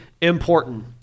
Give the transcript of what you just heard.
important